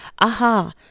aha